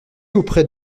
auprès